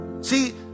See